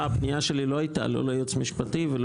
הפנייה שלי לא הייתה לא לייעוץ המשפטי ולא